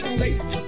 safe